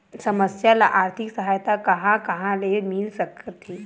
समस्या ल आर्थिक सहायता कहां कहा ले मिल सकथे?